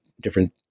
different